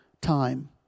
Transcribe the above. time